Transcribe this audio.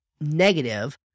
negative